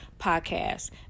podcast